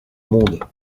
monde